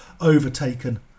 overtaken